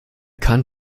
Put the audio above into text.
kann